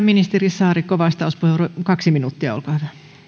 ministeri saarikko vastauspuheenvuoro kaksi minuuttia olkaa